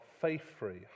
faith-free